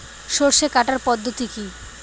সরষে কাটার পদ্ধতি কি?